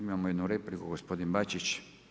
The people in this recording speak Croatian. Imamo jednu repliku, gospodin Bačić.